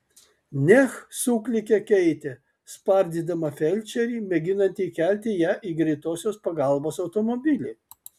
neh suklykė keitė spardydama felčerį mėginantį įkelti ją į greitosios pagalbos automobilį